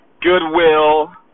goodwill